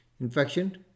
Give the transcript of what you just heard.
Infection